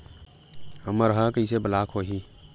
हमर ह कइसे ब्लॉक होही?